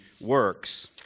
works